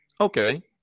okay